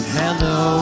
hello